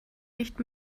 nicht